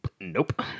Nope